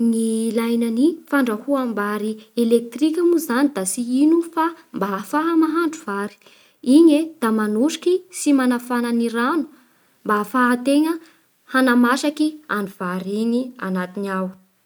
Ny ilaina ny fandrahoam-bary elektrika moa zany da tsy ino fa mba ahafaha mahandro vary. Igny e da manosiky sy manafana ny rano mba ahafahan-tegna hanamasaky an'ny vary igny agnatiny ao.